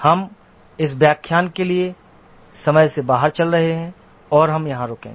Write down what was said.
हम इस व्याख्यान के लिए समय से बाहर चल रहे हैं और हम यहां रुकेंगे